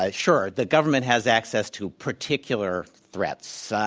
ah sure, the government has access to particular threats.